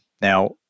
now